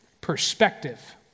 perspective